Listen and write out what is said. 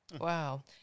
Wow